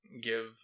give